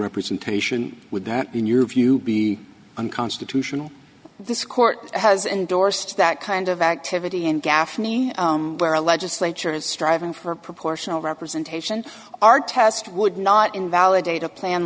representation with that in your view be unconstitutional this court has endorsed that kind of activity and gaffney where a legislature is striving for proportional representation our test would not invalidate a plan